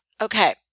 Okay